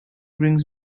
brings